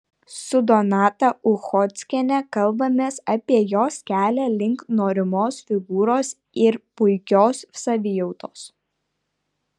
su donata uchockiene kalbamės apie jos kelią link norimos figūros ir puikios savijautos